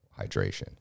hydration